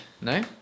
No